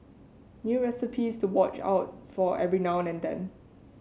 new recipes to watch out for every now and then